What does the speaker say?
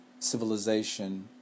Civilization